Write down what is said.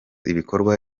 ibikora